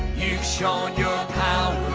you've shown your power